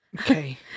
Okay